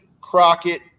Crockett